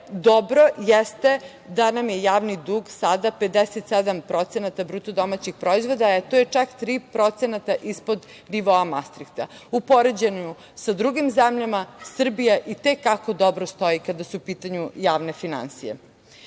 dobro jeste da nam je javni dug sada 57% BDP. To je čak 3% ispod nivoa Mastrihta. U poređenju sa drugim zemljama Srbija i te kako dobro stoji kada su u pitanju javne finansije. Država